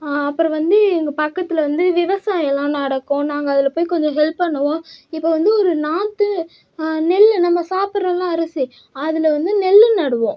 அப்புறம் வந்து எங்கள் பக்கத்தில் வந்து விவசாயமெலாம் நடக்கும் நாங்கள் அதில் போய் கொஞ்சம் ஹெல்ப் பண்ணுவோம் இப்போ வந்து ஒரு நாற்று நெல் நம்ம சாப்பிடுறோம்ல அரிசி அதில் வந்து நெல்லு நடுவோம்